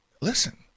Listen